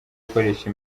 gukoresha